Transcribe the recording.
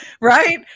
Right